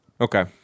Okay